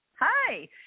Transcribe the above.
hi